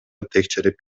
текшерип